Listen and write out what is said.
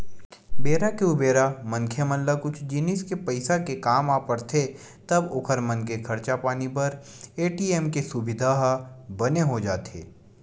बेरा के उबेरा मनखे मन ला कुछु जिनिस के पइसा के काम आ पड़थे तब ओखर मन के खरचा पानी बर ए.टी.एम के सुबिधा ह बने हो जाथे